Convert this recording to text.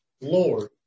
Lord